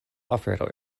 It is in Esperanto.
afero